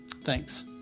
Thanks